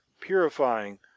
purifying